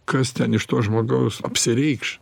kas ten iš to žmogaus apsireikš